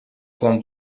quan